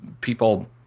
people